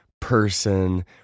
person